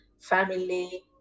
family